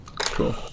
Cool